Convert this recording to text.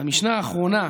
והמשנה האחרונה,